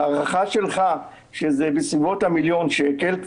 ההערכה שלך שזה בסביבות המיליון שקל,